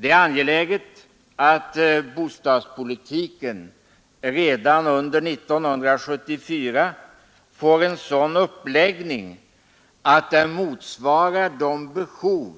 Det är angeläget att bostadspolitiken redan under 1974 får en sådan uppläggning att den motsvarar de behov